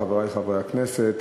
חברי חברי הכנסת,